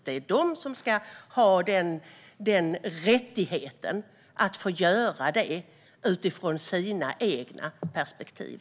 Det är de som ska ha rättigheten att få göra det utifrån sina egna perspektiv.